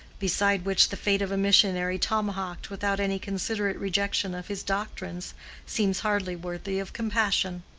beside which the fate of a missionary tomahawked without any considerate rejection of his doctrines seems hardly worthy of compassion.